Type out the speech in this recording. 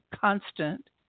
constant